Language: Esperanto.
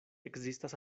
ekzistas